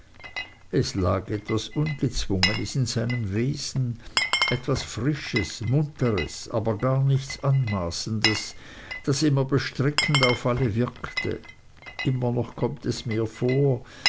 es lag etwas ungezwungenes in seinem wesen etwas frisches munteres aber gar nichts anmaßendes das immer bestrickend auf alle wirkte immer noch kommt es mir vor